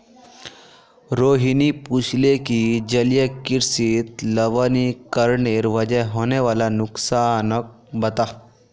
रोहिणी पूछले कि जलीय कृषित लवणीकरनेर वजह होने वाला नुकसानक बता